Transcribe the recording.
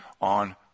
on